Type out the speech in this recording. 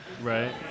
right